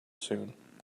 soon